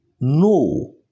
no